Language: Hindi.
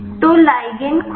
तो लिगंड खुला